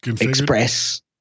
Express